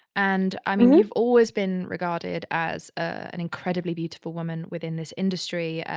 and i mean, you've always been regarded as an incredibly beautiful woman within this industry.